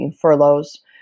furloughs